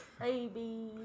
Baby